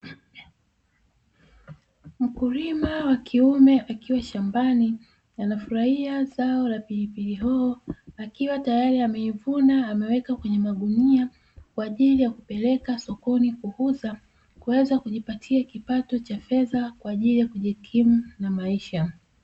Mkulima wa kiume akiwa shambani, anafurahia zao la pilipili hoho akiwa tayari ameivuna ameweka kwenye magunia kwa ajili ya kupeleka sokoni kuuza kuweza kujipatia kipato cha fedha kwa ajili ya kujikimu na maisha.